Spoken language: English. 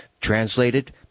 translated